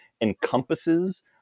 encompasses